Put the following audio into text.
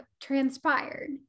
transpired